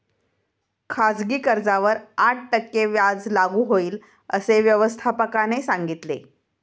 खाजगी कर्जावर आठ टक्के व्याज लागू होईल, असे व्यवस्थापकाने सांगितले